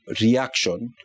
reaction